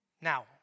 Now